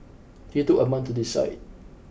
he took a month to decide